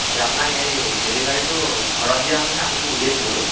এতিয়া আপোনাক সেই ডেলিভাৰীটো ঘৰত দিয়া হ'বনে আপুনি নিজে নিবহি